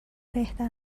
بهتر